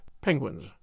penguins